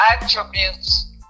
attributes